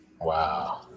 Wow